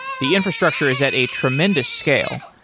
the infrastructure is at a tremendous scale.